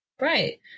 Right